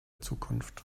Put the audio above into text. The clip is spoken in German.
zukunft